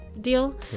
deal